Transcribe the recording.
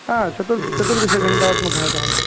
हा चतुर् चतुर्दशघण्टात्मकः कालः